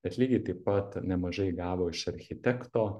bet lygiai taip pat nemažai gavo iš architekto